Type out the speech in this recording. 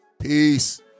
Peace